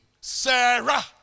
Sarah